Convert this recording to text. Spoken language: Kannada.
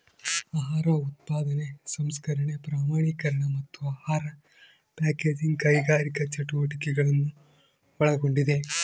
ಆಹಾರ ಉತ್ಪಾದನೆ ಸಂಸ್ಕರಣೆ ಪ್ರಮಾಣೀಕರಣ ಮತ್ತು ಆಹಾರ ಪ್ಯಾಕೇಜಿಂಗ್ ಕೈಗಾರಿಕಾ ಚಟುವಟಿಕೆಗಳನ್ನು ಒಳಗೊಂಡಿದೆ